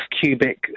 cubic